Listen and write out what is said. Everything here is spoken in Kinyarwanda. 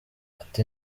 ati